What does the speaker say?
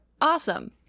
awesome